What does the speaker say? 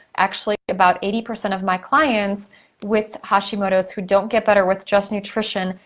actually, about eighty percent of my clients with hashimoto's who don't get better with just nutrition,